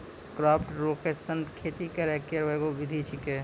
crop rotation खेती करै केरो एगो विधि छिकै